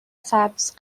سبز